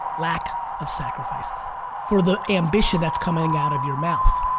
lack of sacrifice for the ambition that's coming out of your mouth.